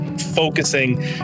Focusing